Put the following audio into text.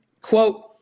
quote